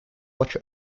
watch